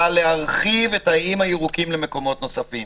להרחיב את האיים הירוקים למקומות נוספים,